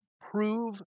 prove